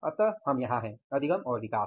अतः हम यहां हैं अधिगम और विकास